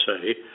say